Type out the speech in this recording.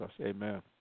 Amen